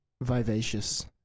Vivacious